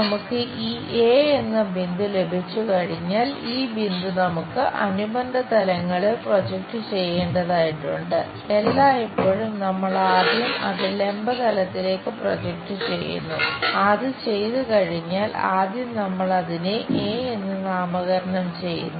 നമുക്ക് ഈ എ ആകുന്നു